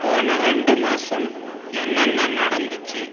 போன ரெண்டு மாசம் என்னென்ன நடந்துச்சு